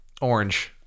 orange